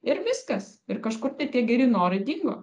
ir viskas ir kažkur tai tie geri norai dingo